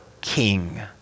king